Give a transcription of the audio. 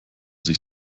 sich